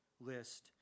list